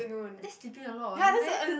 that's sleeping a lot what no meh